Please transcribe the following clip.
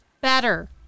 better